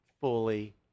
fully